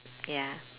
ya